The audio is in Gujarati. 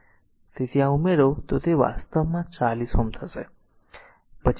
તેથી જો આ ઉમેરો તો તે વાસ્તવમાં 40 Ω હશે